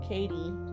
Katie